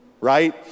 right